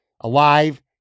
Alive